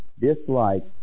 dislike